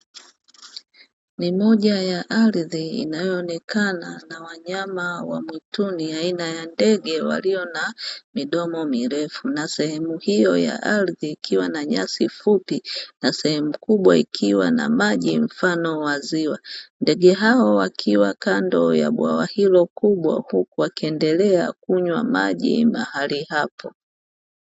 Ni moja ya ardhi inayoonekana na wanyama wa mwituni aina ya ndege walio na midomo mirefu, na sehemu hiyo ya ardhi ikiwa na nyasi fupi na sehemu kubwa ikiwa na maji mfani wa ziwa. Ndege hawa wakiwa kando ya bwawa hilo kubwa huku wakiendelea kunywa maji mahali hapo.